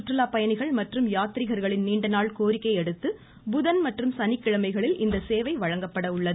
சுற்றுலா பயணிகள் மற்றும் யாத்திரிகர்களின் நீண்டநாள் கோரிக்கையை அடுத்து புதன் மற்றும் சனிக்கிழமைகளில் இச்சேவை வழங்கப்பட உள்ளது